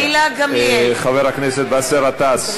נגד חבר הכנסת באסל גטאס,